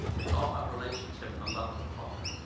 it's all about relationship and the love of the father.